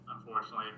unfortunately